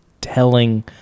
telling